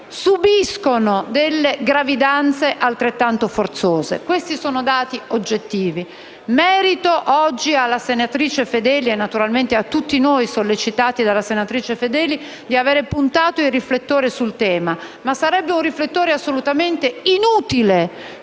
subiscono delle gravidanze altrettanto forzose. Questi sono dati oggettivi. Va dato merito oggi alla senatrice Fedeli, e naturalmente a tutti noi, da lei sollecitati, di avere puntato i riflettori sul tema, ma sarebbero riflettori assolutamente inutili